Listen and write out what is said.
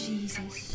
Jesus